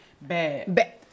bad